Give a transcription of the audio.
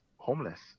Homeless